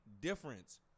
difference